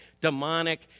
demonic